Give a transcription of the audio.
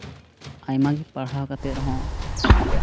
ᱟᱭᱢᱟ ᱜᱮ ᱯᱟᱲᱦᱟᱣ ᱠᱟᱛᱮᱫ ᱨᱮᱦᱚᱸ